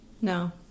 No